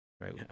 right